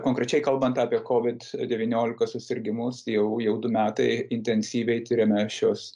konkrečiai kalbant apie kovid devyniolika susirgimus jau jau du metai intensyviai tiriame šios